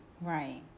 right